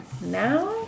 Now